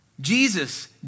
Jesus